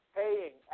paying